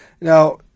Now